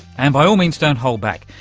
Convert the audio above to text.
and by all means don't hold back.